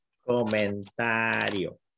Comentario